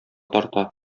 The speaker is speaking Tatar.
тарта